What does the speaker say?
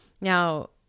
Now